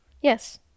Yes